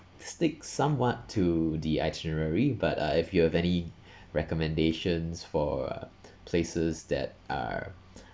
stick somewhat to the itinerary but uh if you have any recommendations for places that are